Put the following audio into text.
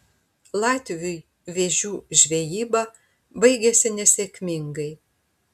latviui vėžių žvejyba baigėsi nesėkmingai